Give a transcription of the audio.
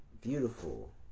beautiful